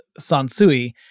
Sansui